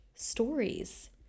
stories